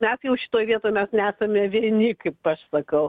mes jau šitoj vietoj mes nesame vieni kaip aš sakau